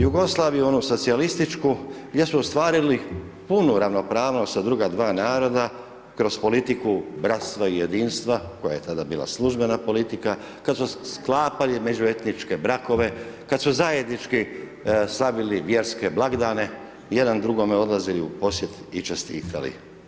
Jugoslaviju, onu socijalističku, gdje su ostvarili punu ravnopravnost s druga dva naroda kroz politiku bratstva i jedinstva, koja je tada bila službena politika, kad su sklapali međuetničke brakove, kad su zajednički slavili vjerske blagdane, jedan drugome odlazili u posjet i čestitali.